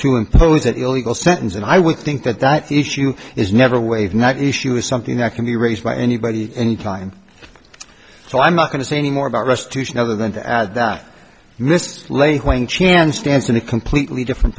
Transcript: to impose that illegal sentence and i would think that that issue is never waved not issue is something that can be raised by anybody any time so i'm not going to say any more about restitution other than to add that mr lay when chance stands in a completely different